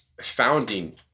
Founding